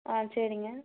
ஆ சரிங்க